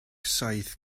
saith